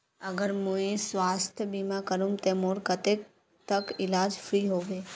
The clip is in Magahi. अगर मुई स्वास्थ्य बीमा करूम ते मोर कतेक तक इलाज फ्री होबे?